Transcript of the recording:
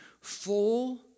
full